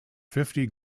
fifty